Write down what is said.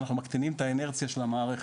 אנחנו מקטנים את האינרציה של המערכת.